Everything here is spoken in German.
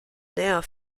näher